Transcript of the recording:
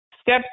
Step